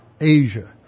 Asia